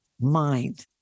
mind